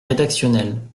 rédactionnel